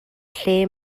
lle